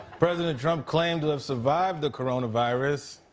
president trump claimed to have survived the coronavirus.